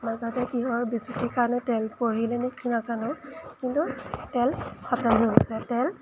মাজতে কিহৰ বিজুতিৰ কাৰণে তেল পৰিলেইনে কি নাজানো কিন্তু তেল খতম হৈ গৈছে তেল